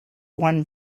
one